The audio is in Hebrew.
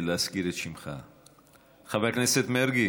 כי אני לא אוהב להתנגד להצעות של חברי יעקב מרגי,